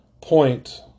point